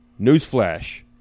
Newsflash